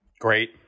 Great